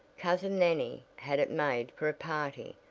cousin nannie had it made for a party,